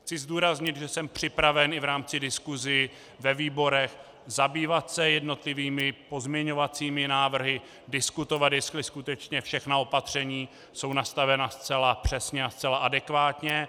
Chci zdůraznit, že jsem připraven i v rámci diskusí ve výborech zabývat se jednotlivými pozměňovacími návrhy, diskutovat, jestli skutečně všechna opatření jsou nastavena zcela přesně a zcela adekvátně.